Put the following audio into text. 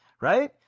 right